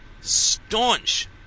staunch